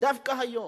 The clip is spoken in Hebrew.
דווקא היום: